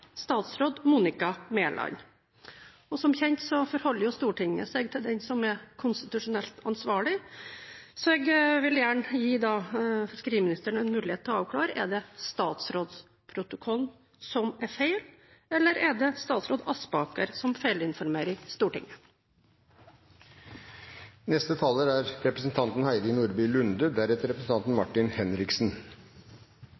statsråd Monica Mæland. Som kjent forholder Stortinget seg til den som er konstitusjonelt ansvarlig, så jeg vil gjerne gi fiskeriministeren en mulighet til å avklare: Er det statsrådsprotokollen som er feil, eller er det statsråd Aspaker som feilinformerer Stortinget?